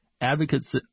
advocates